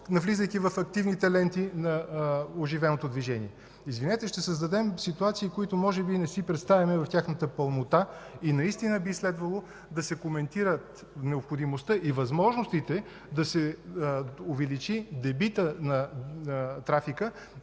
навлизайки в активните ленти на оживеното движение? Извинете, ще създадем ситуации, които може би не си представяме в тяхната пълнота, и наистина би следвало да се коментират необходимостта и възможностите да се увеличи дебитът на трафика